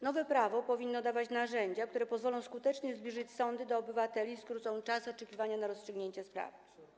Nowe prawo powinno dawać narzędzia, które pozwolą skutecznie zbliżyć sądy do obywateli i skrócą czas oczekiwania na rozstrzygnięcie spraw.